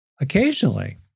Occasionally